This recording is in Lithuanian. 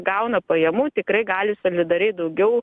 gauna pajamų tikrai gali solidariai daugiau